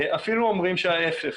אפילו אומרים שההיפך.